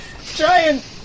giant